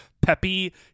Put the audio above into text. peppy